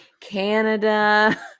Canada